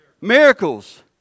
miracles